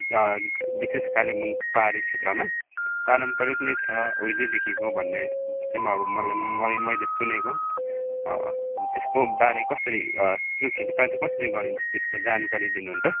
विशेष कालेबुङ पहाडी क्षेत्रमा पारम्परिक नै छ उहिलेदेखिको भन्ने चाहिँ म मलाई मैले सुनेको उ त्यसकोबारे कसरी त्यो खेतीपाती कसरी गरिन्छ त्यसको जानकारी दिनुहुन्छ